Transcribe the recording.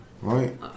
right